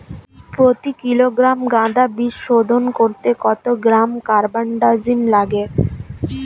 প্রতি কিলোগ্রাম গাঁদা বীজ শোধন করতে কত গ্রাম কারবানডাজিম লাগে?